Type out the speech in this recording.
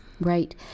Right